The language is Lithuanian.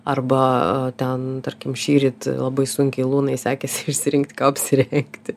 arba ten tarkim šįryt labai sunkiai lunai sekėsi išsirinkti ką apsirengti